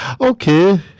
Okay